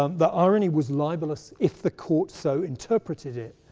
um the irony was libellous, if the court so interpreted it,